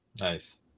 Nice